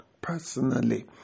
personally